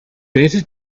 better